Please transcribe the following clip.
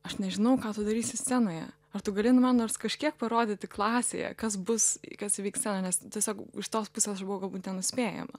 aš nežinau ką tu darysi scenoje ar tu gali nu man nors kažkiek parodyti klasėje kas bus kas vyks scenoj nes tiesiog iš tos pusės aš buvau galbūt nuspėjama